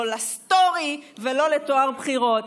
לא לסטורי ולא לטוהר בחירות.